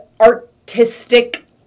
artistic